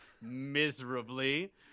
miserably